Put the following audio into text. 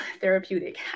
therapeutic